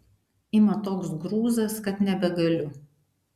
ima toks grūzas kad nebegaliu